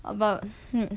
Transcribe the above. about you